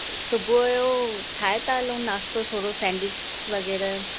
सुबुह जो ठाहे था हलूं नाश्तो थोरो सैंडविच वग़ैरह